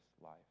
life